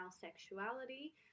sexuality